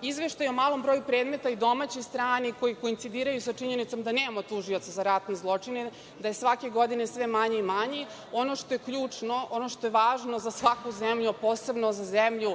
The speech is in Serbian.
Izveštaj o malom broju predmeta i domaćoj strani koji koincidiraju sa činjenicom da nemamo tužioca za ratne zločine, da je svake godine sve manje i manje. Ono što je ključno, ono što je važno za svaku zemlju, a posebno za zemlju